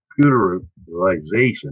computerization